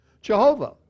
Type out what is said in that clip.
Jehovah